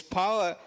power